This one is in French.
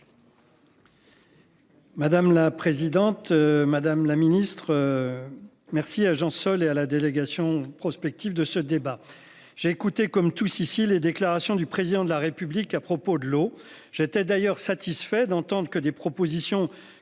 Madame la présidente, madame la ministre. Merci à Jean Sol et à la délégation prospectives de ce débat. J'ai écouté comme tous ici les déclarations du président de la République à propos de l'eau j'étais d'ailleurs satisfait d'entendre que des propositions